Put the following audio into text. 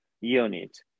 unit